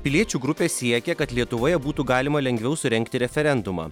piliečių grupė siekia kad lietuvoje būtų galima lengviau surengti referendumą